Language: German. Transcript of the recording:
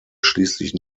schließlich